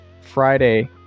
friday